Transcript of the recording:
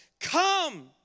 Come